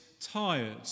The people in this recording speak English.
tired